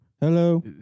Hello